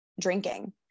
drinking